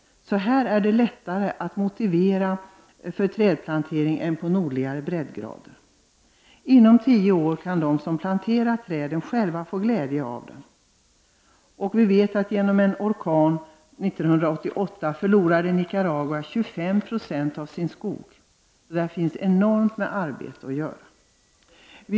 Här är det därför lättare att motivera trädplantering än det är på nordligare breddgrader. Inom tio år kan de som planterat träden, själva få glädje av dem. Efter en orkan år 1988 förlorade Nicaragua 25 Jo av sin skog. Där finns alltså enormt med arbete att utföra.